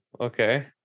okay